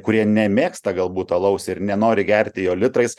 kurie nemėgsta galbūt alaus ir nenori gerti jo litrais